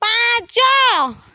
ପାଞ୍ଚ